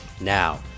Now